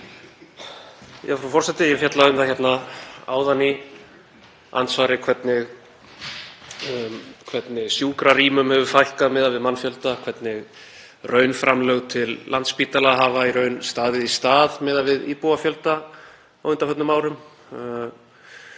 Frú forseti. Ég fjallaði um það áðan í andsvari hvernig sjúkrarýmum hefur fækkað miðað við mannfjölda og hvernig raunframlög til Landspítala hafa staðið í stað miðað við íbúafjölda á undanförnum árum.